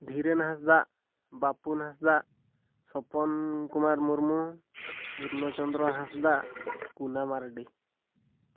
Dhiren Hansda Bapun Hansda Sapan Kumar Murmu Purnachandra Hansda Kuna Mardi